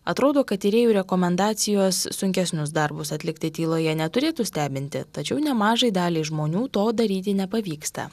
atrodo kad tyrėjų rekomendacijos sunkesnius darbus atlikti tyloje neturėtų stebinti tačiau nemažai daliai žmonių to daryti nepavyksta